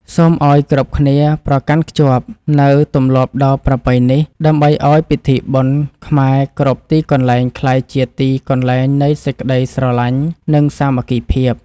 សូមឱ្យគ្រប់គ្នាប្រកាន់ខ្ជាប់នូវទម្លាប់ដ៏ប្រពៃនេះ ដើម្បីឱ្យពិធីបុណ្យខ្មែរគ្រប់ទីកន្លែងក្លាយជាទីកន្លែងនៃសេចក្តីស្រឡាញ់និងសាមគ្គីភាព។